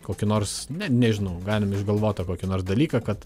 kokį nors ne nežinau galim išgalvotą kokį nors dalyką kad